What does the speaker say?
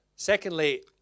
Secondly